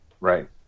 Right